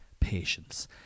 patience